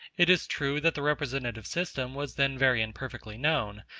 it is true that the representative system was then very imperfectly known,